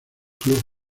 club